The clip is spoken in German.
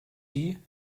die